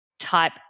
type